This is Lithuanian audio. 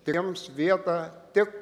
trims vieta tik